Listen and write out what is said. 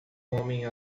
homem